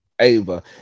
ava